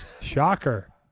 Shocker